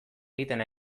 egiten